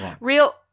real